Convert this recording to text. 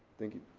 thank you.